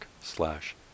slash